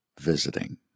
visiting